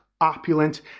opulent